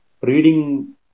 reading